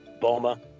Boma